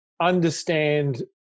understand